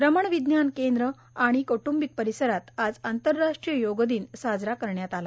रमण विज्ञान केंद्र आणि कौट्बिक परिसरात आज आंतरराष्ट्रीय योग दिन साजरा करण्यात आला